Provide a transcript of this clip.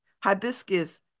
hibiscus